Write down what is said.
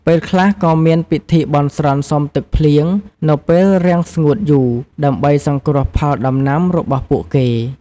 ពេលខ្លះក៏មានពិធីបន់ស្រន់សុំទឹកភ្លៀង នៅពេលរាំងស្ងួតយូរ ដើម្បីសង្គ្រោះផលដំណាំរបស់ពួកគេ។